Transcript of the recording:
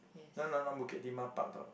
no no not Bukit-Timah Park